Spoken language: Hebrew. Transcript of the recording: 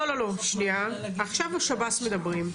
עכשיו השב"ס מדברים,